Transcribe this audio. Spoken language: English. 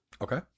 okay